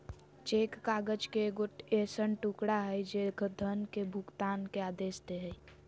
cheque काग़ज़ के एगो ऐसन टुकड़ा हइ जे धन के भुगतान के आदेश दे हइ